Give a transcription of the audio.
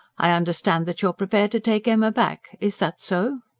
i understand that you are prepared to take emma back is that so?